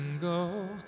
go